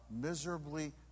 miserably